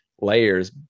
layers